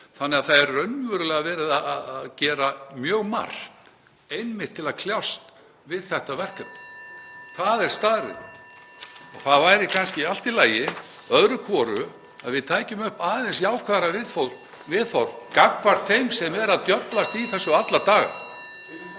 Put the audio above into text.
Þannig að það er raunverulega verið að gera mjög margt einmitt til að kljást við þetta verkefni. (Forseti hringir.) Það er staðreynd og það væri kannski allt í lagi öðru hvoru að við tækjum upp aðeins jákvæðara viðhorf (Forseti hringir.) gagnvart þeim sem eru að djöflast í þessu alla daga.